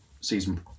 season